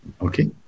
Okay